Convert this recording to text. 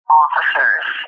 officers